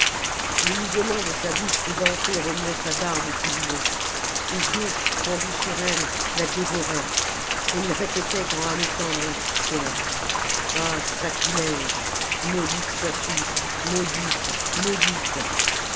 le mouvement de sa bouche édentée remuait sa barbe tout du long ses yeux tendus sur elle la dévoraient et il répétait en haletant dans la poussière ah sacrilège maudite sois-tu maudite maudite